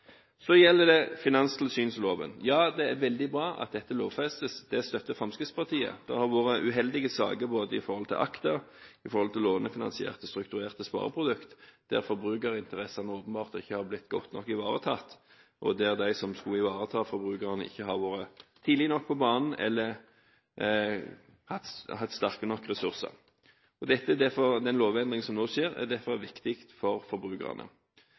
Så gjelder det finanstilsynsloven. Ja, det er veldig bra at dette lovfestes. Det støtter Fremskrittspartiet. Det har vært uheldige saker når det gjelder både Acta og lånefinansierte strukturerte spareprodukter, der forbrukerinteressene åpenbart ikke har blitt godt nok ivaretatt, og der de som skulle ivareta forbrukerne, ikke har vært tidlig nok på banen eller hatt sterke nok ressurser. Den lovendringen som nå skjer, er derfor viktig for forbrukerne.